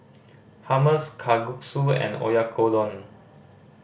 Hummus Kalguksu and Oyakodon